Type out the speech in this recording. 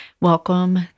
Welcome